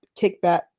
kickback